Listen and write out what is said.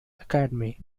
academy